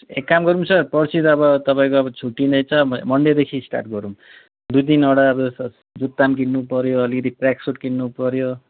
एक काम गरौँ सर पर्सि त अब तपाईँको अब छुट्टी नै छ मन्डेदेखि स्टार्ट गरौँ दुई तिनवटा अब यसो जुत्ता पनि किन्नुपर्यो अलिकति ट्रेक सुट किन्नुपर्यो